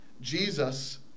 Jesus